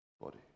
body